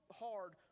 hard